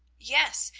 yes,